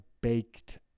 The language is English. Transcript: baked